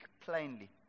plainly